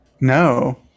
no